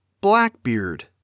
Blackbeard